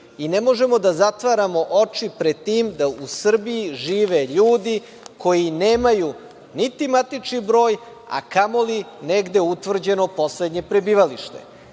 i ne možemo da zatvaramo oči pred tim da u Srbiji žive ljudi koji nemaju niti matični broj, a kamo li negde utvrđeno poslednje prebivalište. Mi